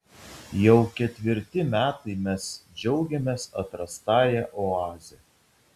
jau ketvirti metai mes džiaugiamės atrastąja oaze